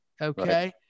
Okay